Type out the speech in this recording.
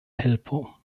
helpo